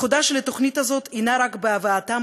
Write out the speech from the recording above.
ייחודה של התוכנית הזאת אינו רק בהבאתם